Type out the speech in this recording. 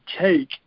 take